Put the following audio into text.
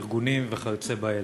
ארגונים וכיוצא באלה.